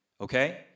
Okay